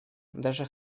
даже